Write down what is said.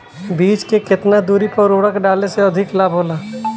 बीज के केतना दूरी पर उर्वरक डाले से अधिक लाभ होला?